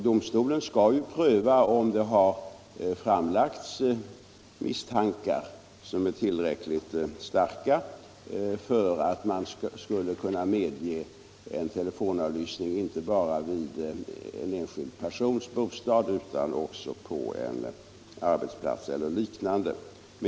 Domstolen skall ju pröva om det har framkommit misstankar som är tillräckligt starka för att telefonavlyssning skall kunna tillåtas inte bara i en enskild persons bostad utan också på en arbetsplats eller liknande.